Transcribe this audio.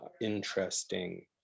interesting